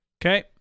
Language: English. Okay